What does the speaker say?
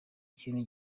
ikintu